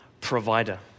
provider